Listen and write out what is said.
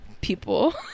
people